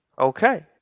Okay